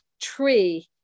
tree